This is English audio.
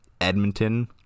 Edmonton